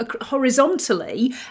horizontally